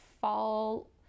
fall